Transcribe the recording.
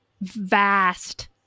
vast